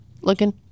looking